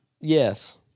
Yes